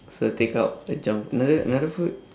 so take out the junk another another food